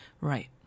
Right